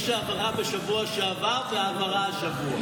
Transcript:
הייתה העברה בשבוע שעבר והעברה השבוע.